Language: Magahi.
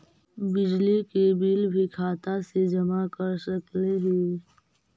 बिजली के बिल भी खाता से जमा कर सकली ही?